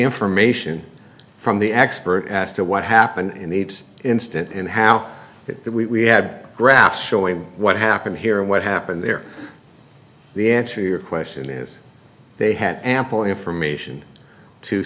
information from the expert as to what happened in the instant and how it that we had a graph showing what happened here and what happened there the answer your question is they have ample information to